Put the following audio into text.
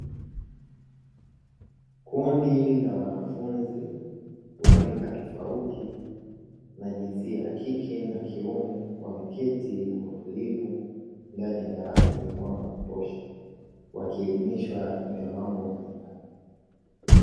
Kundi la wanafunzi wa rika tofauti na jinsia ya kike na kiume, wameketi kwa utulivu ndani ya darasa lenye mwanga wa kutosha; wakielimishwa juu ya mambo mbalimbali.